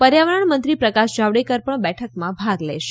પર્યાવરણ મંત્રી પ્રકાશ જાવડેકર પણ બેઠકમાં ભાગ લેશે